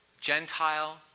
Gentile